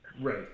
Right